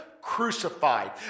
crucified